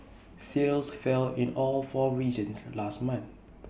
sales fell in all four regions last month